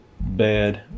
bad